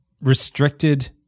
restricted